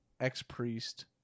ex-priest